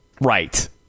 right